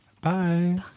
Bye